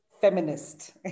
feminist